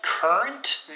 Current